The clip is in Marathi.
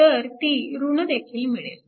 तर ती ऋणदेखील मिळेल